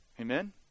Amen